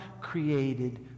created